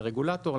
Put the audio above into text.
לרגולטור,